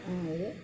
ആ ഒരു